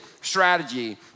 strategy